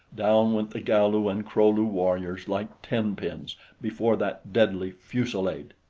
down went the galu and kro-lu warriors like tenpins before that deadly fusillade.